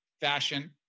fashion